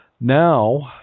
Now